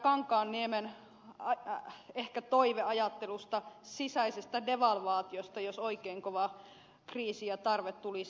kankaanniemen ehkä toiveajattelusta sisäisestä devalvaatiosta jos oikein kova kriisi ja tarve tulisi